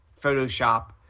Photoshop